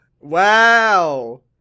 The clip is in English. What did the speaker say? wow